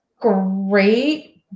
great